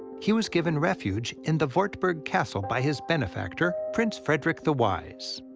he was given refuge in the wartburg castle by his benefactor, prince frederick the wise.